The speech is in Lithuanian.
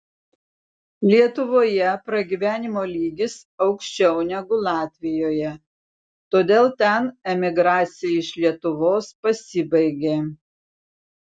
lietuvoje pragyvenimo lygis aukščiau negu latvijoje todėl ten emigracija iš lietuvos pasibaigė